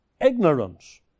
ignorance